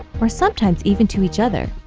or sometimes even to each other,